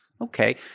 Okay